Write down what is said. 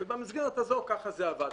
ובמסגרת הזאת ככה זה עבד.